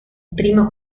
primo